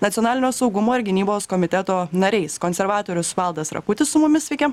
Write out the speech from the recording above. nacionalinio saugumo ir gynybos komiteto nariais konservatorius valdas rakutis su mumis sveiki